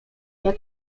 jak